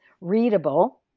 readable